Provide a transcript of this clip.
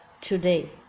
today